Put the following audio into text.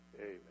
Amen